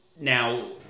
Now